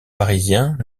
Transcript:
parisiens